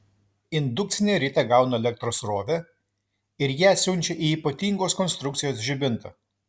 indukcinė ritė gauna elektros srovę ir ją siunčia į ypatingos konstrukcijos žibintą